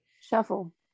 shuffle